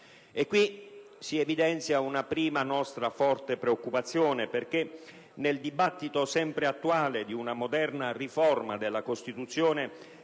si evidenzia una prima nostra forte preoccupazione perché nel dibattito, sempre attuale, relativo ad una moderna riforma della Costituzione